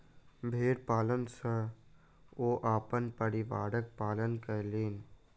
भेड़ पालन सॅ ओ अपन परिवारक पालन कयलैन